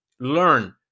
learn